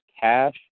cash